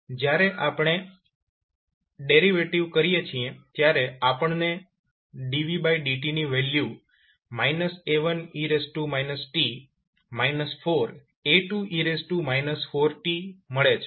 જ્યારે આપણે ડેરિવેટિવ કરીએ છીએ ત્યારે આપણને dvdt ની value A1e t 4A2e 4t મળે છે